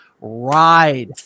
ride